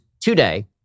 today